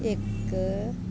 ਇੱਕ